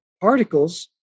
particles